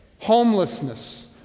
homelessness